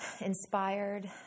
inspired